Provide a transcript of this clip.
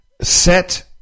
set